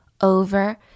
over